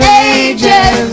ages